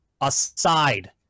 aside